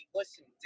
listen